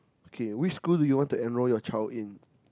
okay which school do you want to enroll your child in